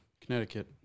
Connecticut